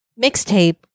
mixtape